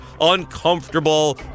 uncomfortable